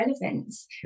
relevance